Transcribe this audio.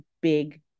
big